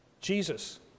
Jesus